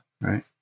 Right